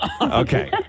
Okay